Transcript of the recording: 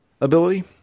ability